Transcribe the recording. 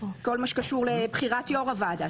כל מה שקשור לבחירת יו"ר הוועדה,